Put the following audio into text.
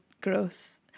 gross